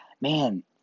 man